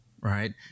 right